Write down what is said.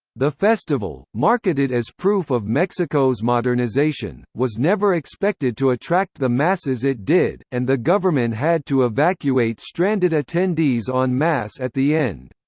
the festival, marketed as proof of mexico's modernization, was never expected to attract the masses it did, and the government had to evacuate stranded attendees en masse at the end.